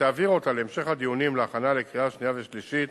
ותעביר אותה להמשך הדיונים להכנה לקריאה שנייה ושלישית